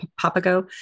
papago